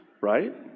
right